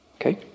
Okay